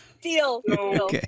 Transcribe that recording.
Deal